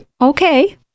okay